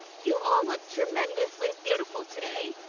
you all look tremendously beautiful today.